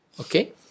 Okay